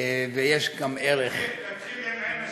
ויש גם ערך, תתחיל עם עין השמש.